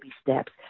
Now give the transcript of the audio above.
steps